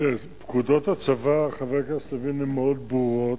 פקודות הצבא, חבר הכנסת לוין, הן מאוד ברורות,